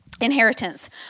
Inheritance